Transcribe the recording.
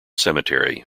cemetery